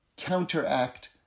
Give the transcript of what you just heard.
counteract